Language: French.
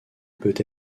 peut